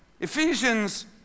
Ephesians